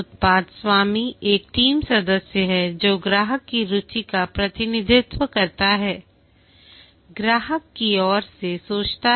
उत्पाद स्वामी एक टीम सदस्य है जो ग्राहक की रुचि का प्रतिनिधित्व करता है ग्राहक की ओर से सोचता है